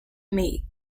mate